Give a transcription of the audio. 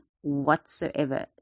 whatsoever